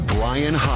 Brian